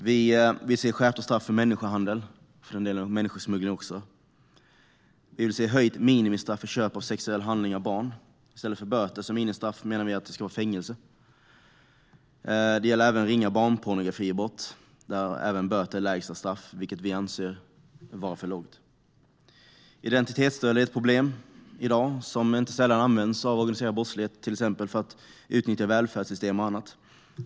Vi vill se skärpta straff för människohandel och för den delen för människosmuggling också. Vi vill se höjt minimistraff för köp av sexuell handling av barn. I stället för böter som minimistraff menar vi att det ska vara fängelse. Det gäller även ringa barnpornografibrott, där böter är lägsta straff i dag, vilket vi anser vara för lågt. Identitetsstöld är ett problem i dag. Inte sällan används det av organiserad brottslighet för att till exempel utnyttja välfärdssystem och annat.